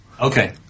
Okay